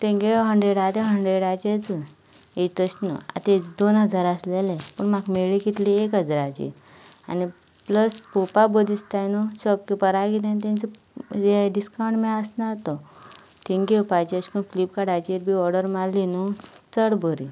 तेंगे हन्ड्रेड आहा तें हन्ड्रेडाचेंच हीं तशीं ना आतां हिजे दोन हजार आसलेले पूण म्हाका मेळ्ळी कितले एक हजराची आनी प्लस पळेवपा बरी दिसतात न्हय शोपकिपरा किदें तेंचे हें डिसकावंट म्हण आसना तो थिंगा घेवपा ऐशे कन फ्लिपकाटा बी ऑर्डर मारली न्हू चड बरी